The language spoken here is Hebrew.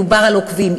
מדובר על עוקבים,